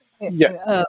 yes